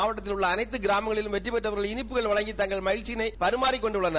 மாவட்டத்தின் உள்ள அனைத்து கிராமங்களிலும் வெற்றிபெற்றவர்கள் இனிப்புகளை வழங்கி தங்கள் மகிழ்ச்சியினை பரிமாறிக்கொண்டனர்